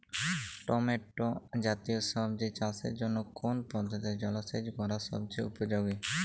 Tomato জাতীয় সবজি চাষের জন্য কোন পদ্ধতিতে জলসেচ করা সবচেয়ে উপযোগী?